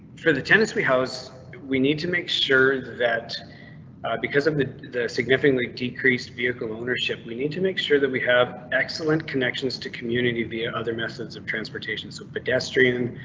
for the tennis warehouse, we need to make sure that because of the the significantly decreased vehicle ownership we need to make sure that we have excellent connections to community via other methods of transportation. so pedestrian